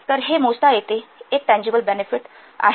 तर हे मोजता येते हे एक टँजिबल बेनेफिट आहे